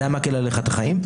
זה היה מקל עליך את החיים?